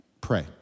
Pray